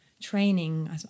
training